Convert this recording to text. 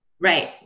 right